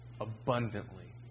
abundantly